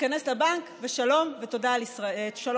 ייכנס לבנק ושלום על ישראל.